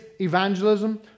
evangelism